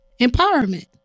Empowerment